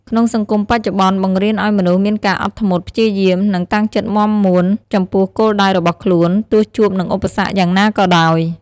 ក្នុងសង្គមបច្ចុប្បន្ន បង្រៀនឱ្យមនុស្សមានការអត់ធ្មត់ ព្យាយាម និងតាំងចិត្តមាំមួនចំពោះគោលដៅរបស់ខ្លួន ទោះជួបនឹងឧបសគ្គយ៉ាងណាក៏ដោយ។